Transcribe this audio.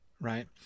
right